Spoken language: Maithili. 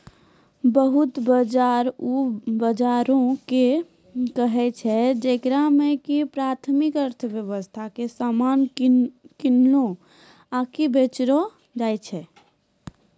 वस्तु बजार उ बजारो के कहै छै जेकरा मे कि प्राथमिक अर्थव्यबस्था के समान किनलो आकि बेचलो जाय छै